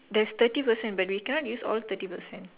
there's thirty percent but we cannot use all thirty percent